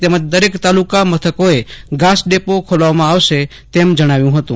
તેમજ દરેક તાલુકા મથકોએ ઘાસ ડેપો ખોલવામાં આવશે તેમ જણાવ્યું હતું